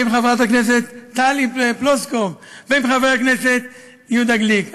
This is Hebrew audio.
עם חברת הכנסת טלי פלוסקוב ועם חבר הכנסת יהודה גליק.